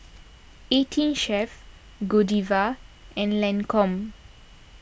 eighteen Chef Godiva and Lancome